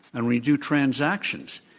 and when you do transactions,